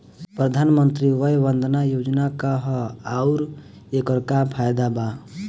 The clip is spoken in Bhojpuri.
प्रधानमंत्री वय वन्दना योजना का ह आउर एकर का फायदा बा?